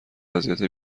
وضعیت